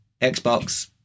Xbox